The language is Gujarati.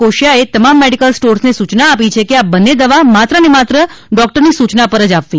કોશિયાએ તમામ મેડિકલ સ્ટોર્સને સૂયનાઓ આપી છે કે આ બંને દવા માત્રને માત્ર ડોક્ટરની સૂચના પર જ આપવી